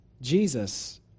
Jesus